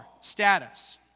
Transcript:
status